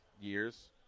years